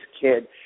kid